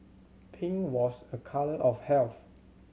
pink was a colour of health